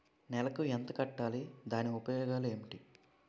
నెలకు ఎంత కట్టాలి? దాని ఉపయోగాలు ఏమిటి?